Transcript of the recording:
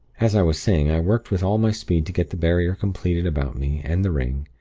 as i was saying, i worked with all my speed to get the barrier completed about me and the ring,